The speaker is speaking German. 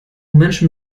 menschen